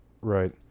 Right